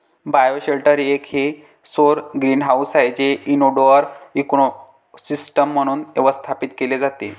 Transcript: bioshelter हे एक सौर ग्रीनहाऊस आहे जे इनडोअर इकोसिस्टम म्हणून व्यवस्थापित केले जाते